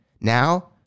Now